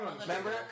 remember